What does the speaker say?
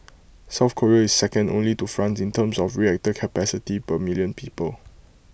south Korea is second only to France in terms of reactor capacity per million people